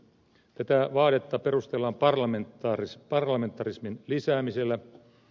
tätä vaadetta perustellaan parlamentarismin lisäämisellä